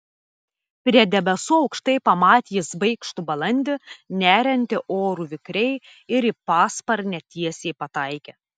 prie debesų aukštai pamatė jis baikštų balandį neriantį oru vikriai ir į pasparnę tiesiai pataikė